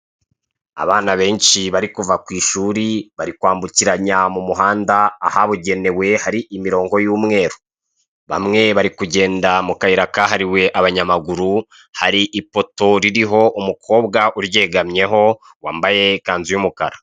Abana benshi barikuva ku ishuri barikwambukiranya mu muhanda ahabugenewe hari imirongo y'umweru, bamwe barikugenda mu kayira kahariwe abanyamagauru, hari ipoto ririho umukobwa uryegamyeho wambaye ikanzu y'umukara.